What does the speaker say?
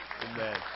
Amen